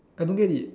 I don't get it